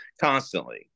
constantly